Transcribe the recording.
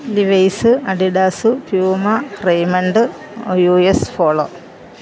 levi's Adidas puma raymond U S polo